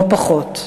לא פחות.